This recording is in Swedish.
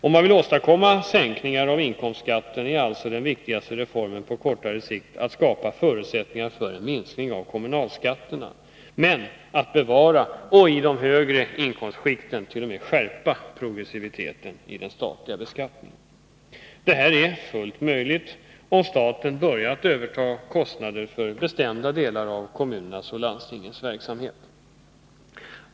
Om man vill åstadkomma sänkningar av inkomstskatten är alltså den viktigaste reformen på kortare sikt att skapa förutsättningar för en minskning av kommunalskatterna, men att bevara och i de högre inkomstskikten t.o.m. skärpa progressiviteten i den statliga beskattningen. Detta är fullt möjligt om staten börjar att överta kostnader för bestämda delar av kommunernas och landstingens verksamhet.